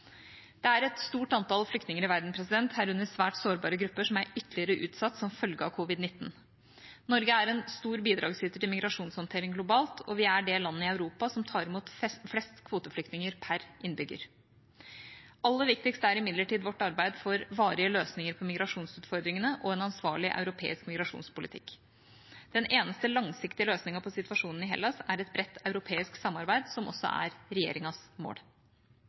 Det er et stort antall flyktninger i verden, herunder svært sårbare grupper som er ytterligere utsatt som følge av covid-19. Norge er en stor bidragsyter til migrasjonshåndtering globalt, og vi er det landet i Europa som tar imot flest kvoteflyktninger per innbygger. Aller viktigst er imidlertid vårt arbeid for varige løsninger på migrasjonsutfordringene og en ansvarlig europeisk migrasjonspolitikk. Den eneste langsiktige løsningen på situasjonen i Hellas er et bredt europeisk samarbeid, som også er regjeringas mål.